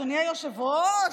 אדוני היושב-ראש,